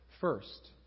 First